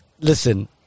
Listen